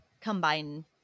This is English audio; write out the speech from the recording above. combine